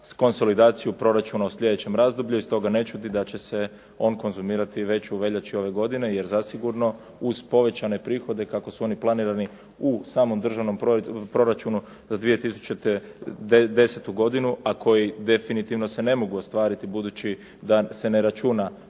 konsolidaciju proračuna u slijedećem razdoblju i stoga ne čudi da će se on konzumirati već u veljači ove godine jer zasigurno uz povećane prihode kako su oni planirani u samom državnom proračunu za 2010. godinu a koji definitivno se ne mogu ostvariti budući da se ne računa